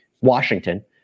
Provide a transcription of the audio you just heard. Washington